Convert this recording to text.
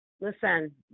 listen